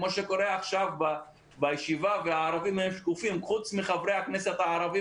כמו שקורה עכשיו בישיבה וחוץ מחברי הכנסת הערבים,